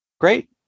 Great